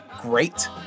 great